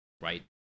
right